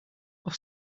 auf